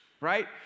Right